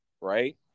Right